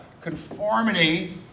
Conformity